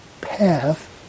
path